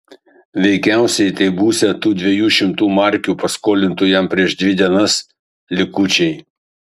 veikiausiai tai būsią tų dviejų šimtų markių paskolintų jam prieš dvi dienas likučiai